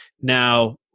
now